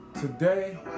Today